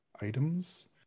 items